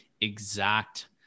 exact